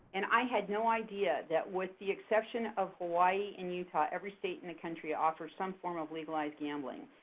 and i had no idea that with the exception of hawaii and utah, every state in the country offers some form of legalized gambling.